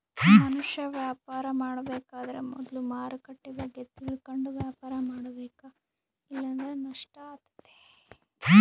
ಮನುಷ್ಯ ವ್ಯಾಪಾರ ಮಾಡಬೇಕಾದ್ರ ಮೊದ್ಲು ಮಾರುಕಟ್ಟೆ ಬಗ್ಗೆ ತಿಳಕಂಡು ವ್ಯಾಪಾರ ಮಾಡಬೇಕ ಇಲ್ಲಂದ್ರ ನಷ್ಟ ಆತತೆ